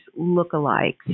lookalikes